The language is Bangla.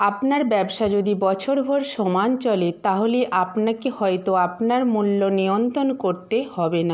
আপনার ব্যবসা যদি বছরভর সমান চলে তাহলে আপনাকে হয়তো আপনার মূল্য নিয়ন্ত্রণ করতে হবে না